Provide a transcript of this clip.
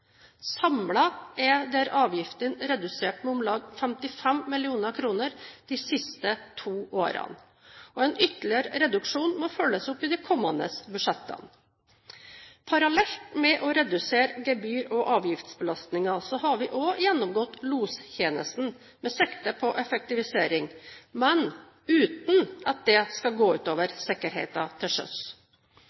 er disse avgiftene redusert med om lag 55 mill. kr de siste to årene. En ytterligere reduksjon må følges opp i de kommende budsjettene. Parallelt med å redusere gebyr- og avgiftsbelastningen har vi også gjennomgått lostjenesten med sikte på effektivisering, uten at dette skal gå ut over sikkerheten til